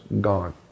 gone